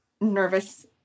nervous